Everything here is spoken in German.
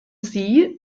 sie